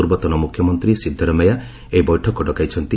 ପୂର୍ବତନ ମୁଖ୍ୟମନ୍ତ୍ରୀ ସିଦ୍ଦରମେୟା ଏହି ବୈଠକ ଡକାଇଛନ୍ତି